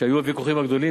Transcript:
כשהיו הוויכוחים הגדולים,